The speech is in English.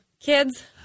kids